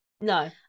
no